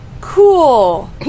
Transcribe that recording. Cool